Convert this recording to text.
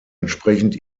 entsprechend